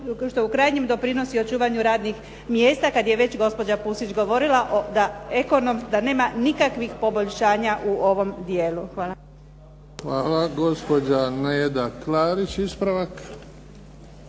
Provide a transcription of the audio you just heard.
što u krajnjem doprinosi očuvanju radnih mjesta, kad je već gospođa Pusić govorila da nema nikakvih poboljšanja u ovom dijelu. Hvala. **Bebić, Luka (HDZ)** Hvala. Gospođa Neda Klarić ispravak.